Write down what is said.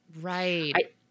Right